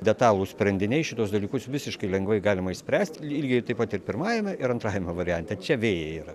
detalūs sprendiniai šituos dalykus visiškai lengvai galima išspręsti lygiai taip pat ir pirmajame ir antrajame variante čia vėjai yra